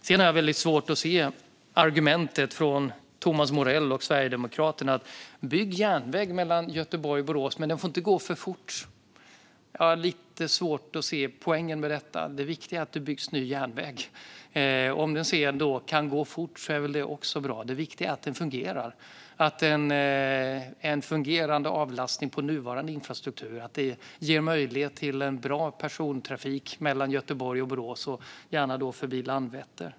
Sedan har jag väldigt svårt att förstå argumentet från Thomas Morell och Sverigedemokraterna om att man gärna ska bygga järnväg mellan Göteborg och Borås men att tågen inte får gå för fort på den. Jag har lite svårt att se poängen med det. Det viktiga är att det byggs ny järnväg, och om tågen sedan kan gå fort på den är väl det också bra. Det viktiga är att den fungerar och skapar en fungerande avlastning av nuvarande infrastruktur och att detta ger möjlighet till bra persontrafik mellan Göteborg och Borås - gärna då förbi Landvetter.